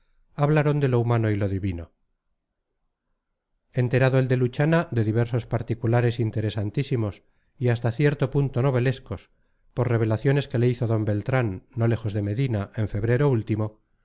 hablaron de lo humano y lo divino enterado el de luchana de diversos particulares interesantísimos y hasta cierto punto novelescos por revelaciones que le hizo d beltrán no lejos de medina en febrero último